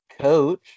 coach